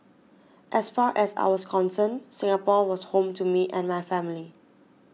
as far as I was concerned Singapore was home to me and my family